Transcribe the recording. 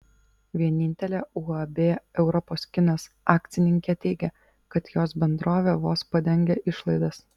vienintelė uab europos kinas akcininkė teigia kad jos bendrovė vos padengia išlaidas